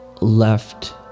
left